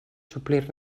suplir